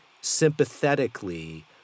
sympathetically